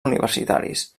universitaris